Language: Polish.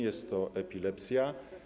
Jest to epilepsja.